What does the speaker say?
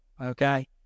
okay